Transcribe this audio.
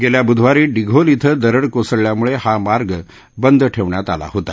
गेल्या बुधवारी डिघोल दरड कोसळल्यामुळे हा मार्ग बंद ठेवण्यात आला होता